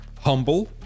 humble